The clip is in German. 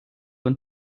und